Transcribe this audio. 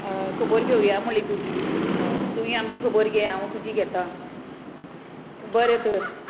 हय खबर घेवया म्हणली तुजी हय तुवूय आमची खबर घे हांव तुजी घेता बरें तर